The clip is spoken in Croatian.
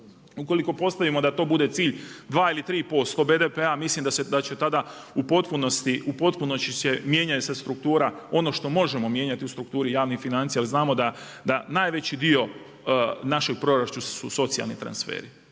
Ukoliko postavimo da to bude cilj 2 ili 3% BDP-a mislim da će tada u potpunosti, u potpunosti se mijenja struktura, ono što možemo mijenjati u strukturi javnih financija jer znamo da najveći dio naših proračuna su socijalni transferi.